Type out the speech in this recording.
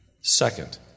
Second